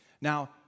Now